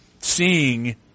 seeing